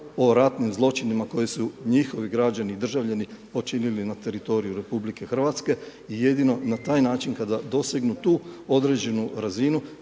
o ratnim zločinima koje su njihovi građani i državljani počinili na teritoriju RH i jedino na taj način kada dosegnu tu određenu razinu